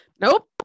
nope